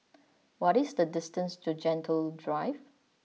what is the distance to Gentle Drive